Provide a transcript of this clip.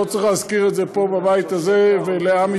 לא צריך להזכיר את זה פה, בבית הזה, ולעם ישראל.